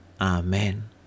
Amen